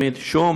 שמשום